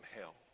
hell